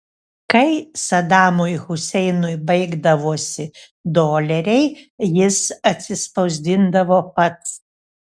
kai sadamui huseinui baigdavosi doleriai jis atsispausdindavo pats